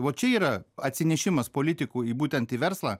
vo čia yra atsinešimas politikų į būtent į verslą